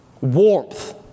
warmth